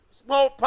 small